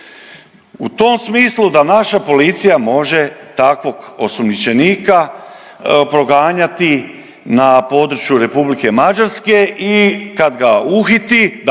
u tom smislu da naša policija može takvog osumnjičenika proganjati na području Republike Mađarske i kad ga uhiti,